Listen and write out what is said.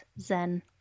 zen